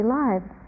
lives